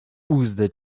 uzdę